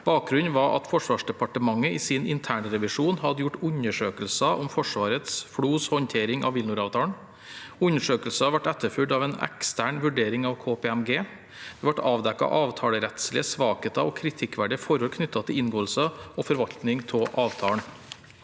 Bakgrunnen var at Forsvarsdepartementet i sin internrevisjon hadde gjort undersøkelser om Forsvarets/FLOs håndtering av WilNor-avtalen. Undersøkelsen ble etterfulgt av en ekstern vurdering av KPMG. Det ble avdekket avtalerettslige svakheter og kritikkverdige forhold knyttet til inngåelse og forvaltning av avtalen.